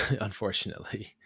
unfortunately